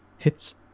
Hits